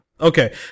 Okay